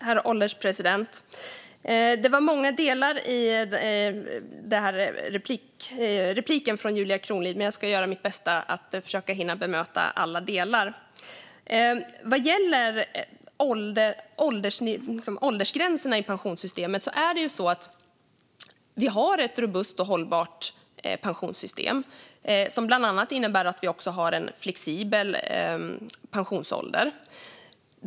Herr ålderspresident! Det var många delar i repliken från Julia Kronlid, men jag ska göra mitt bästa för att hinna bemöta alla delar. Vad gäller åldersgränserna i pensionssystemet vill jag säga att vi har ett robust och hållbart pensionssystem. Det innebär bland annat en flexibel pensionsålder.